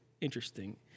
interesting